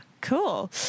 Cool